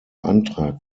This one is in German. antrag